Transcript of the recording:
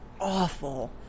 awful